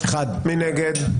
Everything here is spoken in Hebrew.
מי נגד?